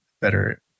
better